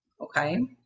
okay